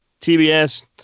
TBS